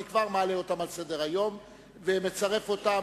אני כבר מעלה אותם על סדר-היום ומצרף אותם